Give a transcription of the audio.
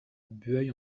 bueil